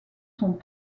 sont